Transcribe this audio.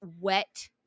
wet